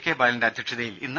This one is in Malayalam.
കെ ബാലന്റെ അധ്യക്ഷതയിൽ ഇന്ന് എം